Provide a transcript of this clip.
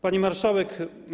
Pani Marszałek!